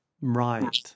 Right